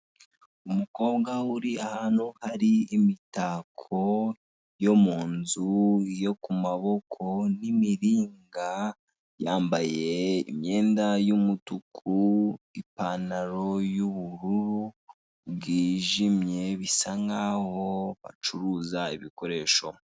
Umukobwa uri ahantu hari imitako yo mu nzu yo ku maboko n'imiringa, yambaye imyenda y'umutuku, ipantaro y'ubururu bwijimye, bisa nk'aho bacuruza ibikoresho.